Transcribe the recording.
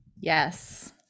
Yes